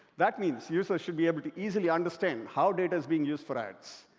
that means, users should be able to easily understand how data is being used for ads,